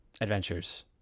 Adventures